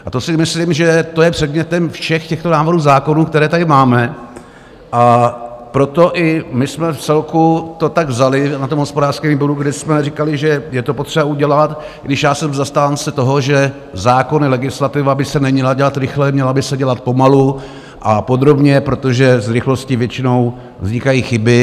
A to si myslím, že to je předmětem všech těchto návrhů zákonů, které tady máme, a proto i my jsme vcelku to tak vzali na tom hospodářském výboru, kde jsme říkali, že je to potřeba udělat, i když jsem zastánce toho, že zákony, legislativa by se neměla dělat rychle, měla by se dělat pomalu a podrobně, protože s rychlostí většinou vznikají chyby.